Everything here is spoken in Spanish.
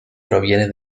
proviene